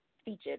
featured